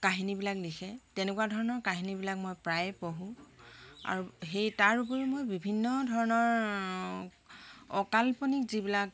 কাহিনীবিলাক লিখে তেনেকুৱা ধৰণৰ কাহিনীবিলাক মই প্ৰায়ে পঢ়োঁ আৰু সেই তাৰ উপৰিও মই বিভিন্ন ধৰণৰ অকাল্পনিক যিবিলাক